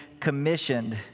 commissioned